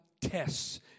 tests